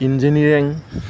engineering